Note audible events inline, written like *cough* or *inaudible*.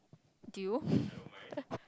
do you *breath* *laughs*